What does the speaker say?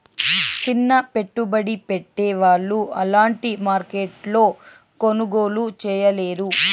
సిన్న పెట్టుబడి పెట్టే వాళ్ళు అలాంటి మార్కెట్లో కొనుగోలు చేయలేరు